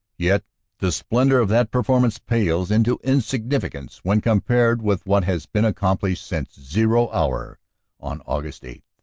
yet the splendor of that performance pales into insignificance when compared with what has been accomplished since zero hour on aug. eight.